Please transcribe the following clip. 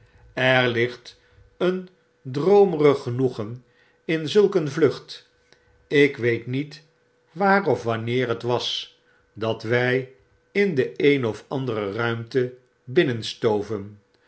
er ligt een droomerig genoegen in zulk een vlucht ik weet niet waar of wanneer het was dat wg in de een of andere ruimte